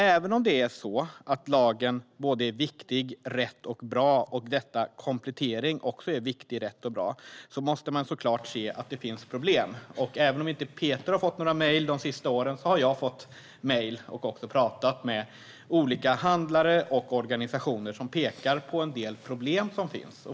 Även om lagen är såväl viktig och rätt som bra, och även om denna komplettering också är såväl viktig som rätt och bra, måste man självklart se att det finns problem. Peter kanske inte har fått några mejl de senaste åren, men det har jag. Jag har också pratat med olika handlare och organisationer som pekar på en del problem som finns.